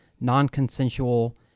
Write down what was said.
non-consensual